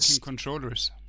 controllers